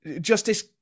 Justice